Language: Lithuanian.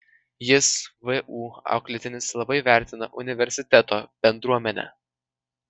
jis vu auklėtinis labai vertina universiteto bendruomenę